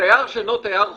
תייר שאינו תייר חוץ'.